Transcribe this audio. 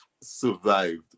survived